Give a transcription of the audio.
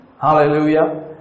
hallelujah